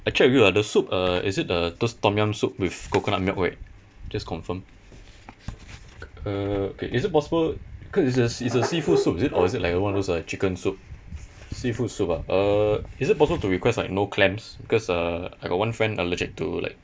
I check with you ah the soup uh is it uh those tom-yum soup with coconut milk whey just confirm uh okay is it possible cause it's a it's a seafood soup is it or is it like uh one of those uh chicken soup seafood soup ah uh is it possible to request like no clams because uh I got one friend allergic to like